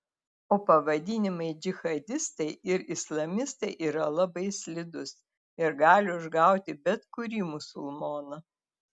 o pavadinimai džihadistai ir islamistai yra labai slidūs ir gali užgauti bet kurį musulmoną